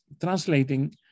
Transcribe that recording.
translating